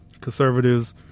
conservatives